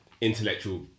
Intellectual